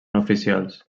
oficials